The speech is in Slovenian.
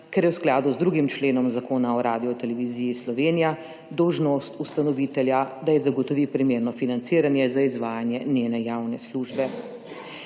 ker je v skladu z 2. členom Zakona o Radioteleviziji Slovenija dolžnost ustanovitelja, da ji zagotovi primerno financiranje za izvajanje njene javne službe.